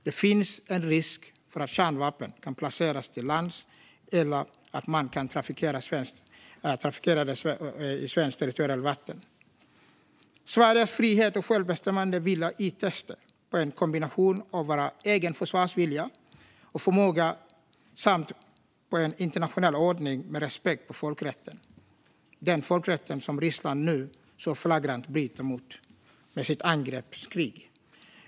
Det finns därför en risk att kärnvapen placeras på land eller trafikeras på svenskt territorialvatten. Sveriges frihet och självbestämmande vilar ytterst på en kombination av vår egen försvarsvilja och försvarsförmåga och på en internationell ordning med respekt för folkrätten, den folkrätt som Ryssland nu så flagrant bryter mot med sitt angreppskrig.